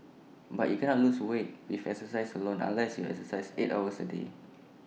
but you cannot lose weight if exercise alone unless you exercise eight hours A day